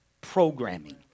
programming